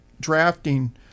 drafting